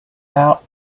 out